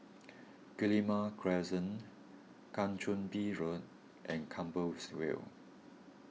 Guillemard Crescent Kang Choo Bin Road and Compassvale